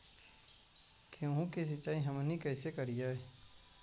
गेहूं के सिंचाई हमनि कैसे कारियय?